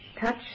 touch